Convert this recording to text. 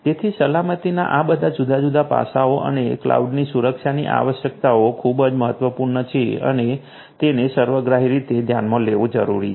તેથી સલામતીના આ બધા જુદા જુદા પાસાઓ અને કલાઉડની સુરક્ષાની આવશ્યકતાઓ ખૂબ જ મહત્વપૂર્ણ છે અને તેને સર્વગ્રાહી રીતે ધ્યાનમાં લેવું જરૂરી છે